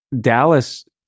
Dallas